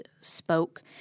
spoke